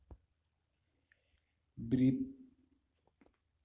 वित्तीय अपराधक लेल व्यक्ति के आजीवन कारावास भ सकै छै